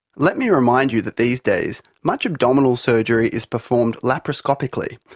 let me remind you that these days much abdominal surgery is performed laparoscopically,